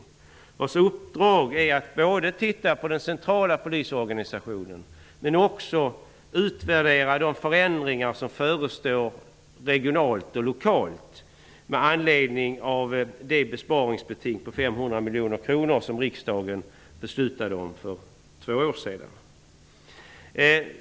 Utredningens uppdrag är att både titta på den centrala polisorganisationen och utvärdera de förestående regionala och lokala förändringarna, med anledning av det besparingsbeting på 500 miljoner kronor som riksdagen beslutade om för två år sedan.